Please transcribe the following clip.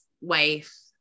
wife